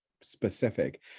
specific